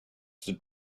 the